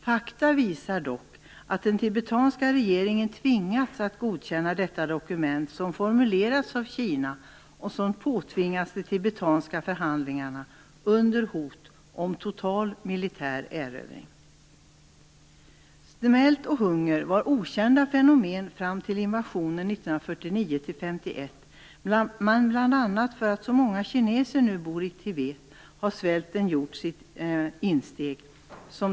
Fakta visar dock att den tibetanska regeringen tvingats att godkänna detta dokument som formulerats av Kina och som påtvingats de tibetanska förhandlarna under hot om total militär erövring. Svält och hunger var okända fenomen fram till invasionen 1949-1951 men bl.a. därför att så många kineser nu bor i Tibet har svälten gjort sitt insteg.